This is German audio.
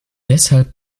deshalb